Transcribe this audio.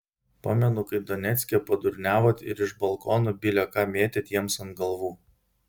pamenu kai donecke padurniavot ir iš balkonų bile ką mėtėt jiems ant galvų